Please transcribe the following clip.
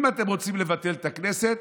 אם אתם רוצים לבטל את הכנסת,